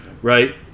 Right